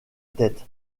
tête